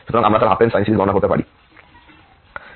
সুতরাং আমরা তার হাফ রেঞ্জ সাইন সিরিজ গণনা করতে পারি